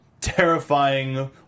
terrifying